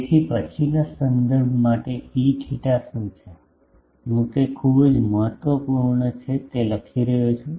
તેથી પછીના સંદર્ભ માટે Eθ શું છે હું તે ખૂબ જ મહત્વપૂર્ણ તે લખી રહ્યો છું